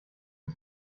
das